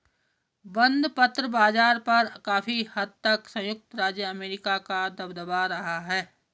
बंधपत्र बाज़ार पर काफी हद तक संयुक्त राज्य अमेरिका का दबदबा रहा है